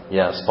yes